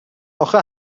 آخه